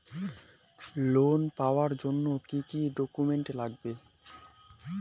Loan পাওয়ার জন্যে কি কি ডকুমেন্ট লাগবে?